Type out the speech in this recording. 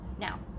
now